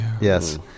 Yes